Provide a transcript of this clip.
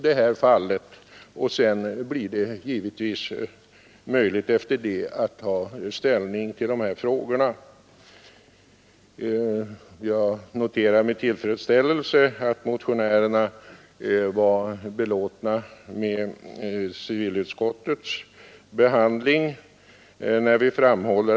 Därefter blir det bättre möjligheter att ta ställning till dessa frågor. Jag noterar med tillfredsställelse att motionä civilutskottets behandling, när utskottet framhåller: rerna var belåtna med ”Också enligt civilutskottets mening bör lämpliga åtgärder vidtas beträffande försvarsplanläggningen i de områden som i krig skall avskiljas från moderlänen.